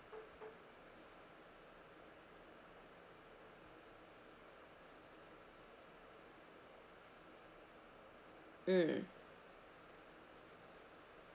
mm